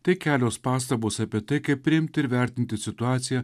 tai kelios pastabos apie tai kaip priimti ir vertinti situaciją